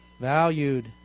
Valued